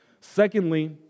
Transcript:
Secondly